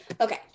okay